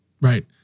Right